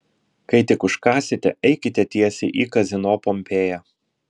kai tik užkąsite eikite tiesiai į kazino pompėja